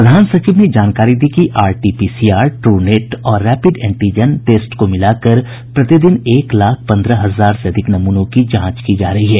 प्रधान सचिव ने जानकारी दी कि आरटीपीसीआर ट्रू नेट और रैपिड एंटीजन टेस्ट को मिलाकर प्रतिदिन एक लाख पंद्रह हजार से अधिक नमूनों की जांच की जा रही है